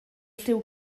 lliw